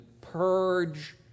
purge